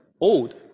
old